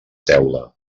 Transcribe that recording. teula